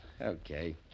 Okay